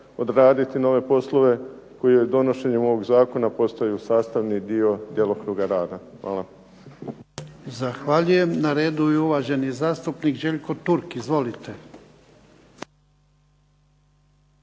odraditi nove poslove koji joj donošenjem ovog zakona postaju sastavni dio djelokruga rada. Hvala.